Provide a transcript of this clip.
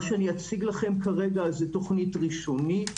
מה שאני אציג לכם כרגע היא תוכנית ראשונית.